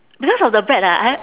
because of the bread ah I